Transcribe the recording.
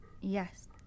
Yes